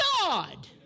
God